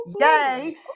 Yay